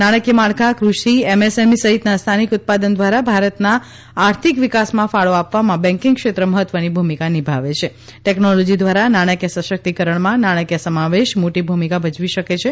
નાણાંકીય માળખાં કૃષિ એમએસએમઇ સહિતના સ્થાનિક ઉત્પાદન દ્વારા ભારતના આર્થિક વિકાસમાં ફાળો આપવામાં બેંકિંગ ક્ષેત્ર મહત્વની ભૂમિકા નિભાવે છે ટેક્નોલોજી દ્વારા નાણાકીય સશક્તિકરણમાં નાણાકીય સમાવેશ મોટી ભૂમિકા ભજવી શકે છે